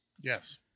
Yes